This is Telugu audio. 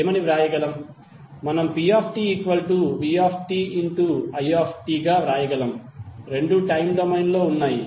మనము ptvtiగా వ్రాయగలము రెండూ టైమ్ డొమైన్లో ఉన్నాయి